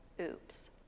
oops